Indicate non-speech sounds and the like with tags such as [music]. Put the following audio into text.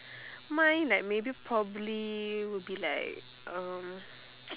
mine like maybe probably would be like um [noise]